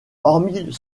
hormis